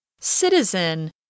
Citizen